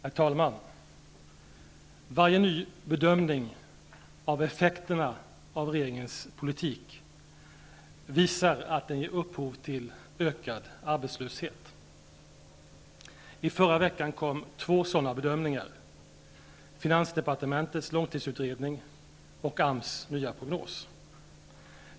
Herr talman! Varje ny bedömning av effekterna av regeringens politik visar att denna ger upphov till ökad arbetslöshet. Förra veckan kom två sådana bedömningar, nämligen finansdepartementets långtidsutredning och AMS nya prognos.